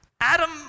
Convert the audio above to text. Adam